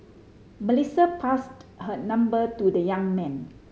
Melissa passed her number to the young man